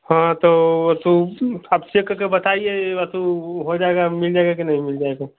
हाँ तो तो आप चेक करके बताइये तो हो जायेगा मिल जायेगा कि नहीं मिल जायेगा